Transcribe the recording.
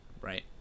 right